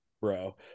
bro